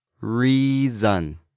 Reason